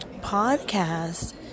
podcast